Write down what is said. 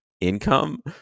income